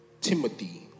Timothy